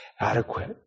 adequate